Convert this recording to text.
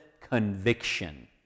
conviction